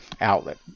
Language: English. Outlet